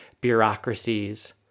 bureaucracies